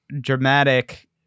dramatic